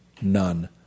none